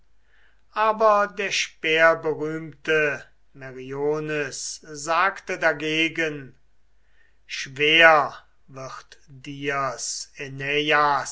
aber der speerberühmte meriones sagte dagegen schwer wird dir's